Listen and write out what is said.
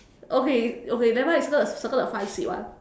okay okay nevermind you circle circle the front seat [one]